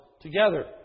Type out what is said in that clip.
together